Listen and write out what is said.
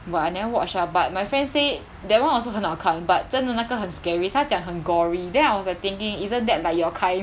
but I never watch ah but my friend say that [one] also 很好看 but 真的那个很 scary 她讲很 gory then was I thinking isn't that like your kind